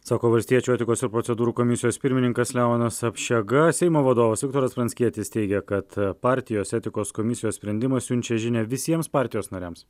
sako valstiečių etikos ir procedūrų komisijos pirmininkas leonas apšega seimo vadovas viktoras pranckietis teigia kad partijos etikos komisijos sprendimas siunčia žinią visiems partijos nariams